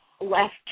left